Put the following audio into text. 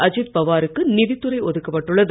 அஜித்பவாருக்கு நிதித்துறை ஒதுக்கப்பட்டுள்ளது